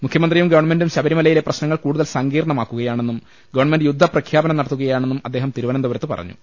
മുഖ്യമന്ത്രിയും ഗവൺമെന്റും ശബരിമലയിലെ പ്രശ്നങ്ങൾ കൂടുതൽ സങ്കീർണ്ണ മാക്കുകയാണെന്നും ഗവൺമെന്റ് യുദ്ധപ്രഖ്യാപനം നടത്തുക യാണെന്നും അദ്ദേഹം തിരുവനന്തപുരത്ത് പറഞ്ഞു